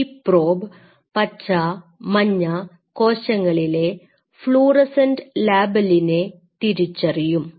ഈ പ്രോബ് പച്ച മഞ്ഞ കോശങ്ങളിലെ ഫ്ലൂറോസെന്റ് ലാബെലിനെ തിരിച്ചറിയും